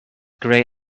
grey